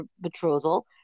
betrothal